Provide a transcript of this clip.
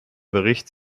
bericht